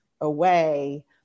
away